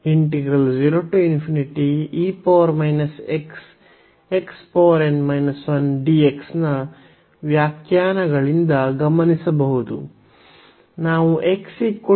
ಆದ್ದರಿಂದ ಅನ್ನು ನಾವು ನ ವ್ಯಾಖ್ಯಾನಗಳಿಂದ ಗಮನಿಸಬಹುದು